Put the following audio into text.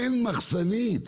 אין מחסנית.